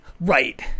Right